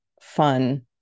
fun